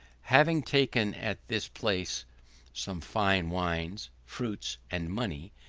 having taken at this place some fine wines, fruits, and money,